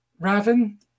Raven